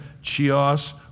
Chios